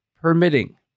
permitting